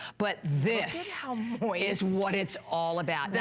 but this is what it is all about.